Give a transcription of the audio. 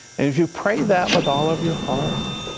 if you pray that with all of your heart,